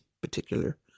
particular